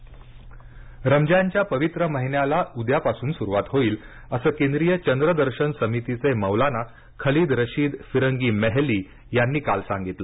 रमजान रमजानच्या पवित्र महिन्याला उद्यापासून सुरुवात होईल असं केंद्रीय चंद्रदर्शन समितीचे मौलाना खालिद रशीद फिरंगी मेहली यांनी सांगितलं